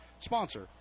sponsor